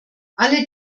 alle